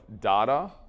data